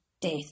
death